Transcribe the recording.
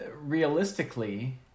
realistically